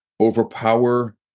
overpower